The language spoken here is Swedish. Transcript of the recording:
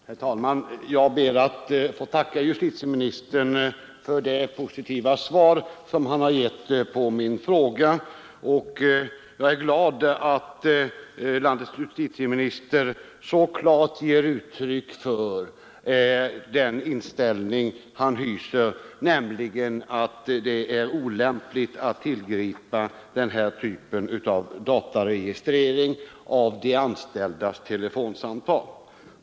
Herr talman! Jag ber att få tacka justitieministern för det positiva svar som han har gett på min fråga. Jag är glad över att landets justitieminister så klart ger uttryck för den inställning han hyser, nämligen att det är olämpligt att tillgripa den här typen av dataregistrering av de anställdas telefonsamtal.